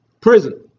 prison